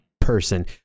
person